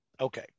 Okay